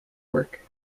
work